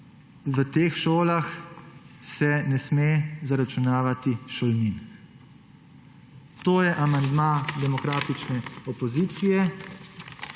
»V teh šolah se ne sme zaračunavati šolnin.« To je amandma demokratične opozicije.